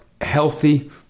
healthy